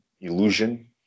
illusion